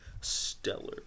stellar